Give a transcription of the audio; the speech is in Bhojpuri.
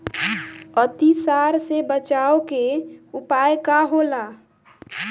अतिसार से बचाव के उपाय का होला?